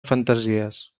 fantasies